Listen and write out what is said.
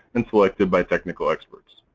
and selected by technical experts.